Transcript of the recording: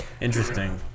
Interesting